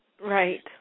Right